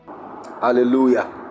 Hallelujah